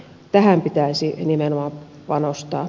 tähän pitäisi nimenomaan panostaa